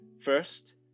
First